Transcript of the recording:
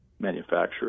manufacturer